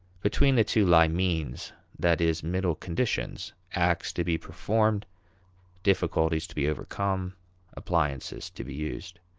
between the two lie means that is middle conditions acts to be performed difficulties to be overcome appliances to be used.